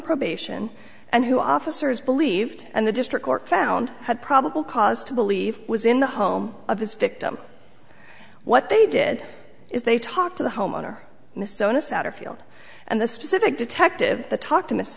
probation and who officers believed and the district court found had probable cause to believe was in the home of this victim what they did is they talked to the homeowner missoni satterfield and the specific detective to talk to miss